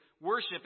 worship